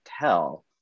tell